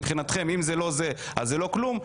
שמבחינתכם אם זה לא זה אז לא כלום,